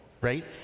right